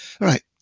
Right